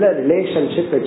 relationship